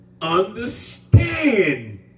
understand